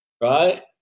Right